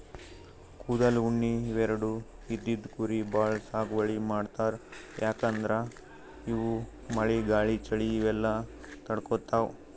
ಕೂದಲ್, ಉಣ್ಣಿ ಇವೆರಡು ಇದ್ದಿದ್ ಕುರಿ ಭಾಳ್ ಸಾಗುವಳಿ ಮಾಡ್ತರ್ ಯಾಕಂದ್ರ ಅವು ಮಳಿ ಗಾಳಿ ಚಳಿ ಇವೆಲ್ಲ ತಡ್ಕೊತಾವ್